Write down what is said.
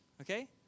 Okay